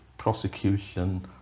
prosecution